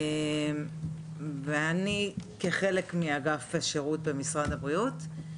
אני חלק מאגף השירות במשרד הבריאות.